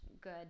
good